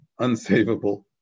unsavable